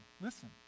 listen